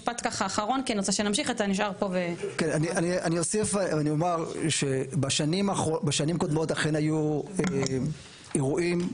אני אוסיף ואומר שבשנים קודמות אכן היו אירועים.